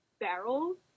barrels